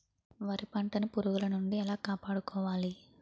వరి పంటను పురుగుల నుండి ఎలా కాపాడుకోవాలి?